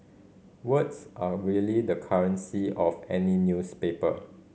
words are really the currency of any newspaper